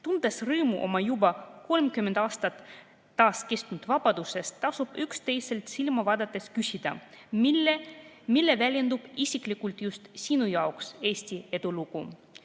Tundes rõõmu juba 30 aastat taas kestnud vabadusest, tasub üksteisele silma vaadates küsida, milles väljendub isiklikult just sinu jaoks Eesti edulugu. Head